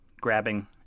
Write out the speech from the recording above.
grabbing